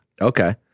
Okay